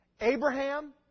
Abraham